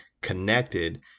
connected